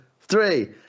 three